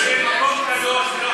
זה ביקור במקום קדוש,